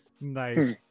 Nice